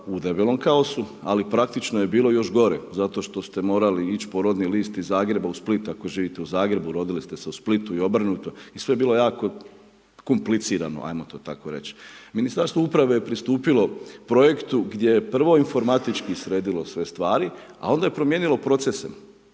u debelom kaosu ali praktično je bilo još gore zato što ste morali ići po redni list iz Zagreba u Splitu ako živite u Zagrebu a rodili ste se u Splitu i obrnuto i sve je bilo jako komplicirano ajmo to tako reć. Ministarstvo uprave je pristupilo projektu gdje je prvo informatički sredilo sve stvari a onda je promijenilo procese